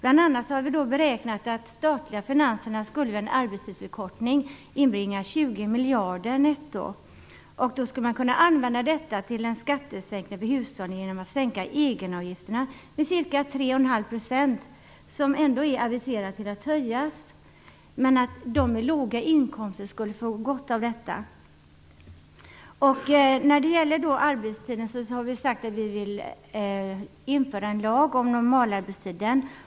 Vi har beräknat att de statliga finanserna vid en arbetstidsförkortning skulle inbringas 20 miljarder kronor netto. Då skulle man kunna använda detta till en skattesänkning för hushållen genom att sänka egenavgifterna med ca 3,5 %- de som ändå är aviserade till att höjas. De med låga inkomster skulle få gott av detta. När det gäller arbetstiden har vi sagt att vi vill införa en lag om normalarbetstiden.